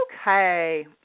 Okay